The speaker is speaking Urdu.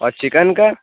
اور چکن کا